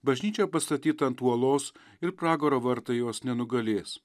bažnyčia pastatyta ant uolos ir pragaro vartai jos nenugalės